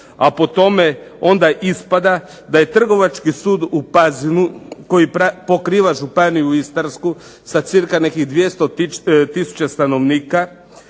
A po tome onda ispada da je Trgovački sud u Pazinu koji pokriva Županiju istarsku sa cca 200 tisuća stanovnika